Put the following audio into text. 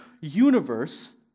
universe